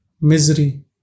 misery